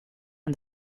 and